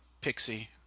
pixie